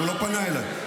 הוא לא פנה אליי.